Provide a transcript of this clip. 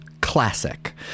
Classic